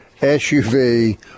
SUV